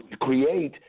create